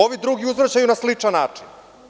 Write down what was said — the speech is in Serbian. Ovi drugi uzvraćaju na sličan način.